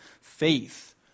faith